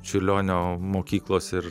čiurlionio mokyklos ir